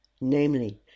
namely